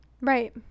right